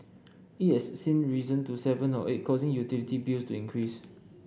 it has since risen to seven or eight causing utility bills to increase